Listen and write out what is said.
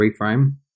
reframe